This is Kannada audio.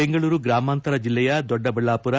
ಬೆಂಗಳೂರು ಗ್ರಾಮಾಂತರ ಜಿಲ್ಲೆಯ ದೊಡ್ಡಬಳ್ಳಾಪುರ